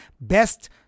best